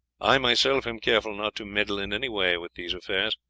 i myself am careful not to meddle in any way with these affairs.